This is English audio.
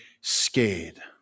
scared